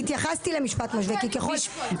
אני לא דיברתי על הרישיון, דיברנו על ה"לאפ דאנס".